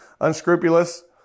Unscrupulous